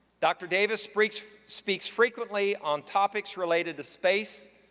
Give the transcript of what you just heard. dr. davis speaks speaks frequently on topics related to space,